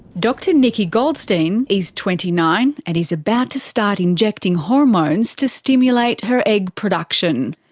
dr nikki goldstein is twenty nine, and is about to start injecting hormones to stimulate her egg production.